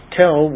tell